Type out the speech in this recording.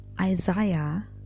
isaiah